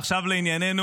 ועכשיו לענייננו.